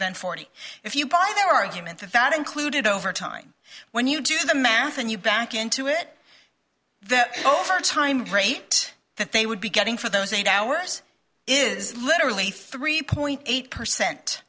than forty if you buy the argument that that included over time when you do the math and you back into it that over time great that they would be getting for those eight hours is literally three point eight percent